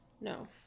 No